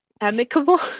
amicable